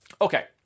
Okay